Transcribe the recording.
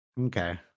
okay